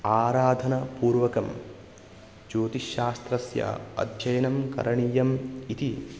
आराधनपूर्वकं ज्योतिश्शास्त्रस्य अध्ययनं करणीयम् इति